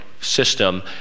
system